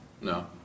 No